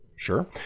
Sure